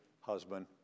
husband